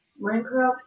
Minecraft